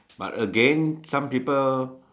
but again some people